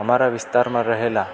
અમારા વિસ્તારમાં રહેલા